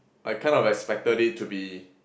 I kind of expected it to be